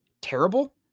terrible